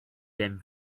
them